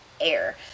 air